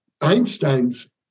Einstein's